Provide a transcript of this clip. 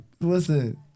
Listen